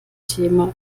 thema